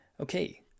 Okay